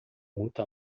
muito